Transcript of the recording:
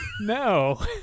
No